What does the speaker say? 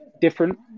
different